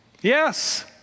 Yes